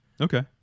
Okay